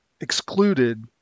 excluded